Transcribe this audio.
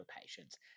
patients